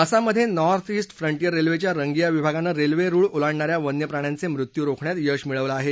आसाममध्ये north east frontier रेल्वेच्या रंगिया विभागानं रेल्वे रुळ ओलांडणाऱ्या वन्यप्राण्यांचे मृत्यू रोखण्यात यश मिळवलं आहे